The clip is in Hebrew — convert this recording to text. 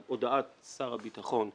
הודעת שר הביטחון,